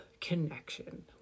connection